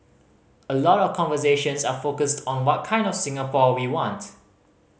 a lot of conversations are focused on what kind of Singapore we want